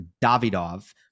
Davidov